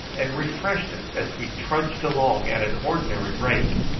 and refreshed us as we trudged along at an ordinary rate,